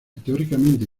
teóricamente